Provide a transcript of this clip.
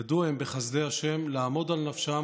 ידעו הם בחסדי השם לעמוד על נפשם